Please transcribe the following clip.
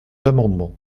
amendements